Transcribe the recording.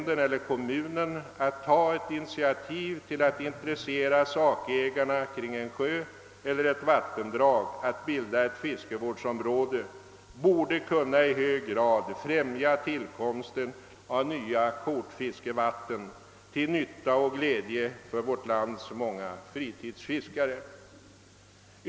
den eller kommunen att ta ett initiativ för att intressera sakägarna kring en sjö eller ett vattendrag att bilda ett fiskevårdsområde borde kunna i hög grad främja tillkomsten av nya kortfiskevatten till nytta och glädje för vårt lands många fritidsfiskare.